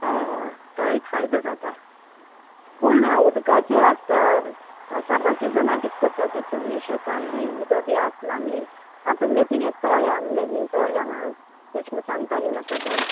आ तो एक फायदो जाता पूण उदकाचे आत समर सिजना कित कोत्ता तर तुमी शेतान बी उदो बी आसना न्ही आ तुमगे थिंग एक तोळें आहले न्ही तोळें आहा तेश म्हूण सांगताली म्हाका कोण